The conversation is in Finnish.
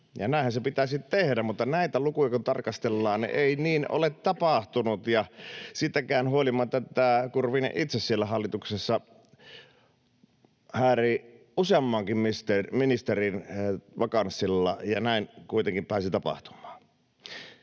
näinhän se pitäisi tehdä, mutta kun näitä lukuja tarkastellaan, ei niin ole tapahtunut — siitäkin huolimatta, että Kurvinen itse siellä hallituksessa hääri useammankin ministerin vakanssilla, näin kuitenkin pääsi tapahtumaan.